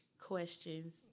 questions